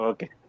Okay